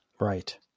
Right